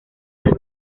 las